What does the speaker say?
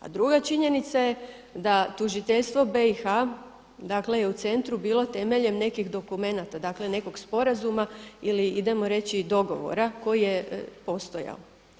A druga činjenica je da tužiteljstvo BiH, dakle je u centru bilo temeljem nekih dokumenata, dakle nekog sporazuma ili idemo reći dogovora koji je postojao.